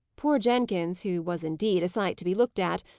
poor jenkins, who was indeed a sight to be looked at,